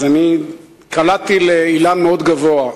אז אני קלעתי לאילן מאוד גבוה.